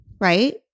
right